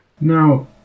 Now